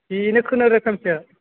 बेनो खुनुरुखुमसो